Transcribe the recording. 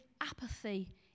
apathy